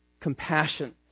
compassion